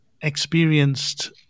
experienced